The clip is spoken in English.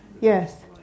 yes